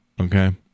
okay